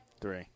three